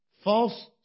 False